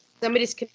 Somebody's